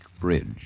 Bridge